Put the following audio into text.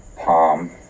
palm